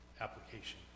application